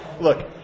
look